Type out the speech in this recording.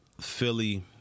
Philly